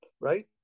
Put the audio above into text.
right